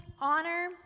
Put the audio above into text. honor